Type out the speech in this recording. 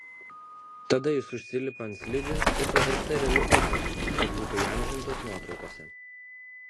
tada jis užsilipa ant slidžių ir pavirsta ereliu edžiu kad būtų įamžintas nuotraukose